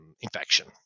infection